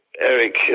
Eric